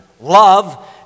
love